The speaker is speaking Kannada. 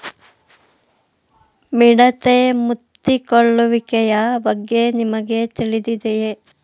ಮಿಡತೆ ಮುತ್ತಿಕೊಳ್ಳುವಿಕೆಯ ಬಗ್ಗೆ ನಿಮಗೆ ತಿಳಿದಿದೆಯೇ?